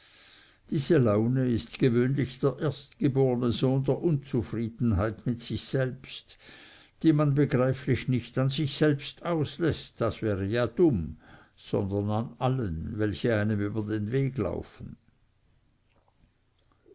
diese laune ist gewöhnlich der erstgeborne sohn der unzufriedenheit mit sich selbst die man begreiflich nicht an sich selbst ausläßt das wäre ja dumm sondern an allen welche einem über den weg laufen